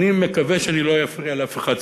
אני מקווה שאני לא אפריע לאף אחד.